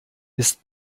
ist